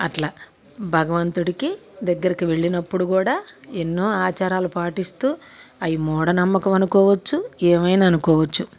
అట్లా భగవంతుడికి దగ్గరికి వెళ్ళినప్పుడు కూడా ఎన్నో ఆచారాలు పాటిస్తూ అవి మూఢనమ్మకం అనుకోవచ్చు ఏమైనా అనుకోవచ్చు